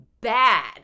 bad